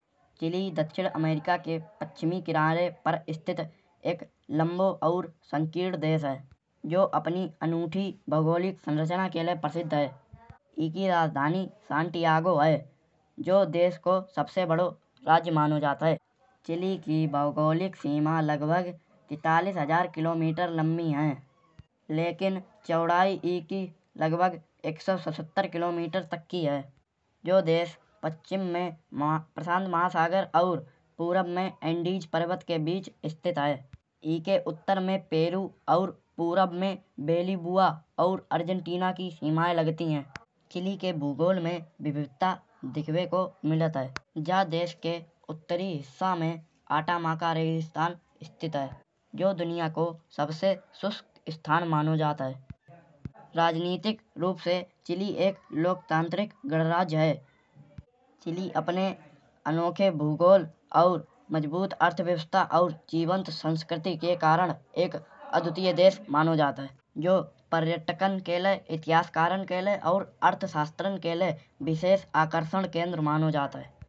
साइकिल ते हम बहुत गहीरो जुड़ाव राखत है। काहे के मारे बचपन में तौ साइकिल चलाइबे मा बहुत मज़ा आत तो। और साइकिल चलात टाइम गिरतौ हते। जब हम पहली दाएँ सीखे हते साइकिल। तब हम कम से कम दस पंद्रह साल के रहे हुहिये। लेकिन अब अब हमाए साइकलिंग में कोइ नयाी हराए सकत है। हमाए जाई लागत है। हमाए साइकिल चलाइबे मा तौ मजौ आत है। आज लाओ मेरे घराए एक साइकिल है। बही साइकिल ते हम आज दिन लाओ कोचिंग जात है। और घर के काम करत है। जैसे चक्की ते आटा उठाई लइबो। और बो हमारी बहुत मद्सत करत है। अब तौ साइकलई कुल्ल प्रकार की आन लगी। जैसे देसी वाली जैमह डंडा लागो होत। और रेंजर वाली जैमह साकर लागो होत है। जीते हमाए लोगन को दौची को फील नयाी होत है। और रेंजर वाली कुल्ल आरामदायक और होत है। और गियर वाली साइकलई और आती है।